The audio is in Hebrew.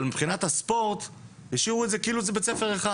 אבל מבחינת הספורט השאירו את זה כאילו זה בית ספר אחד.